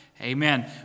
amen